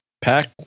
pack